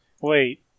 Wait